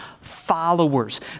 followers